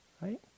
right